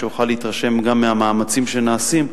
כדי שיוכל להתרשם מהמאמצים שנעשים,